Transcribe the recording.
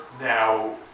now